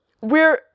We're-